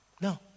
No